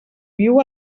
viu